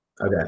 Okay